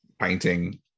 painting